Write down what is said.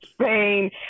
Spain